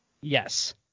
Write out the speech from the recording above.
yes